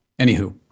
Anywho